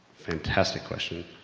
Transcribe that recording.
fantastic question,